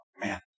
Man